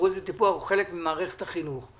תמרוץ וטיפוח הוא חלק ממערכת החינוך.